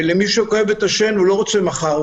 בחיים, ומי שכואבת לו השן לא רוצה מחר.